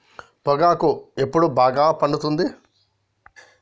పొగాకు ఎప్పుడు బాగా పండుతుంది?